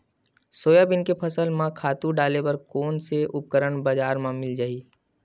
Soybean के फसल म खातु डाले बर कोन से उपकरण बजार म मिल जाहि?